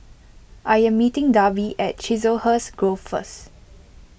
I am meeting Darby at Chiselhurst Grove first